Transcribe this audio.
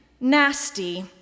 nasty